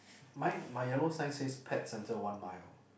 my my yellow sign said pet centre one mile